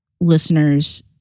listeners